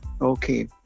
Okay